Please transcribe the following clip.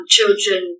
children